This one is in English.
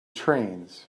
trains